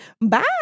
Bye